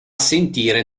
sentire